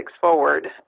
forward